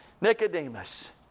Nicodemus